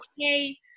okay